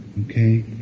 Okay